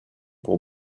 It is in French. pour